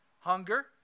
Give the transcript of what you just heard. Hunger